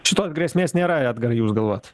šitos grėsmės nėra edgarai jūs galvojat